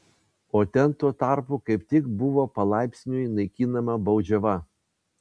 o ten tuo tarpu kaip tik buvo palaipsniui naikinama baudžiava